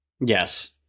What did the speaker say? Yes